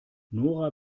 nora